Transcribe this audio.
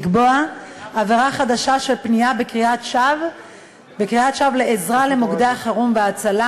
לקבוע עבירה חדשה של פנייה בקריאת שווא לעזרה למוקדי החירום וההצלה,